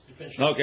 Okay